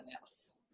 else